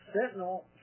Sentinel